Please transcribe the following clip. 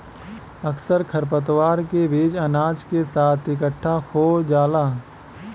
अक्सर खरपतवार के बीज अनाज के साथ इकट्ठा खो जाला